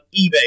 eBay